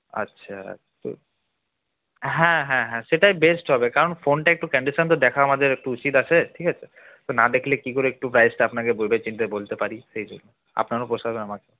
আচ্ছা তো হ্যাঁ হ্যাঁ হ্যাঁ সেটাই বেস্ট হবে কারণ ফোনটা একটু কান্ডিশন তো দেখা আমাদের একটু উচিত আছে ঠিক আছে তো না দেখলে কি করে একটু প্রাইসটা আপনাকে ভেবেচিন্তে বলতে পারি সেই জন্য আপনারও পোষাবে আমারও